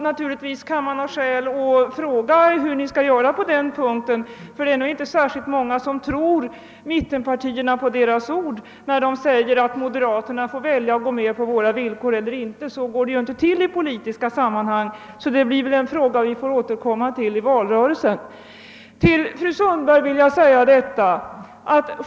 Naturligtvis måste man fråga hur ni skall ställa er på denna punkt, ty det är nog inte särskilt många som tror mittenpartierna på deras ord, när de säger att moderata samlingsapartiet måste gå med på deras villkor eller låta bli att ingå i en eventuell borgerlig regering — så går det inte till i politiska sammanhang. Men den frågan får vi väl återkomma till i valrörelsen.